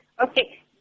Okay